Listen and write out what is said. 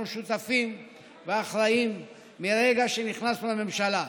אנחנו שותפים ואחראים מרגע שנכנסנו לממשלה,